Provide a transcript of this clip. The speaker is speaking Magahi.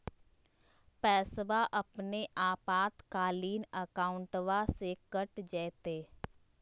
पैस्वा अपने आपातकालीन अकाउंटबा से कट जयते?